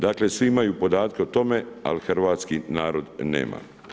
Dakle, svi imaju podatke o tome, ali hrvatski narod nema.